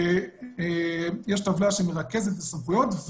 יש טבלה שמרכזת את הסמכויות,